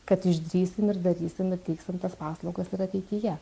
kad išdrįsim ir darysim ir teiksim tas paslaugas ir ateityje